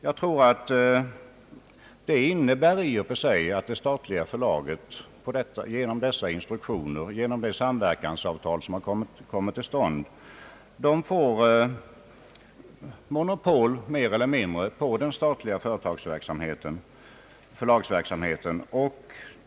Jag tror att detta i och för sig innebär att det statliga förlaget genom dessa instruktioner och genom det samverkansavtal som kommit till stånd får monopol — mer eller mindre — på den statliga förlagsverksamheten.